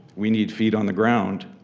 we need feet on the ground,